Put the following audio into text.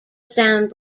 sound